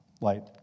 light